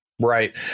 Right